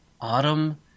Autumn